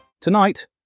Tonight